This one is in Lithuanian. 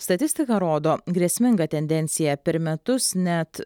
statistika rodo grėsmingą tendenciją per metus net